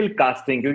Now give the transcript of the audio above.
casting